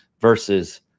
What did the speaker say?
versus